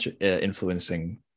influencing